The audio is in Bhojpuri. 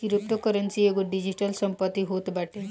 क्रिप्टोकरेंसी एगो डिजीटल संपत्ति होत बाटे